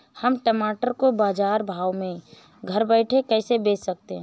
हम टमाटर को बाजार भाव में घर बैठे कैसे बेच सकते हैं?